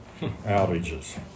outages